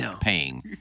paying